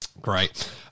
Great